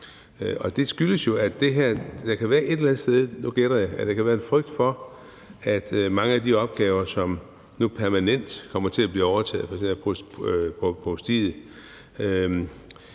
jeg – at der kan være en frygt for, at mange af de opgaver, som nu permanent kommer til at blive overtaget af provstiet,